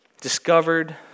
discovered